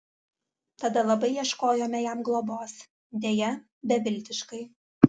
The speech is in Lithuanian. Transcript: tada labai ieškojome jam globos deja beviltiškai